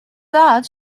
that